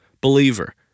believer